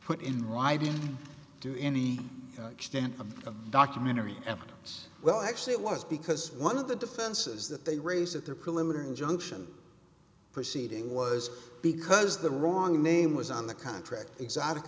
put in writing to any extent of documentary evidence well actually it was because one of the defenses that they raised at their preliminary injunction proceeding was because the wrong name was on the contract exotic